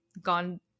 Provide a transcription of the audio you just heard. gone